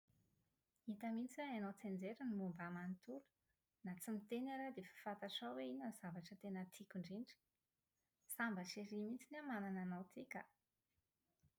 Hita mihitsy hoe hainao tsianjery ny momba ahy manontolo! Na tsy miteny ary aho dia efa fantatrao hoe inona ny zavatra tena tiako indrindra. Sambatra ery mihitsiny aho manana anao ity ka!